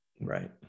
right